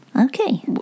Okay